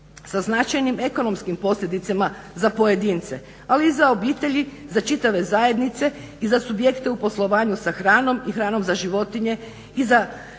sa značajnim ekonomskim posljedicama za pojedince, ali i za obitelji, za čitave zajednice i za subjekte u poslovanju sa hranom i hranom za životinje, i za